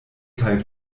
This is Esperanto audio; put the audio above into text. kaj